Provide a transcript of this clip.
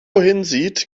hinsieht